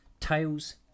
Tails